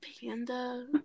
panda